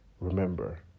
remember